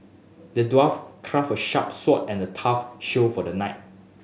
the dwarf crafted a sharp sword and a tough shield for the knight